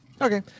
okay